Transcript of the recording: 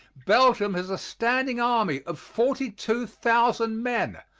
belgium has a standing army of forty two thousand men,